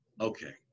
okay